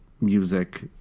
music